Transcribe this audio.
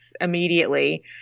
immediately